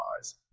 eyes